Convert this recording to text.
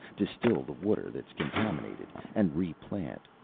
distil the water that's contaminated, and replant.